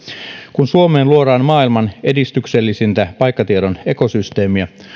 kun suomeen luodaan maailman edistyksellisintä paikkatiedon ekosysteemiä